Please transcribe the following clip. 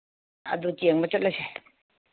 ꯑꯗꯨ ꯌꯦꯡꯕ ꯆꯠꯂꯁꯦ